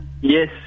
Yes